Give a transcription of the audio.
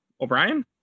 O'Brien